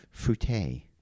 fruité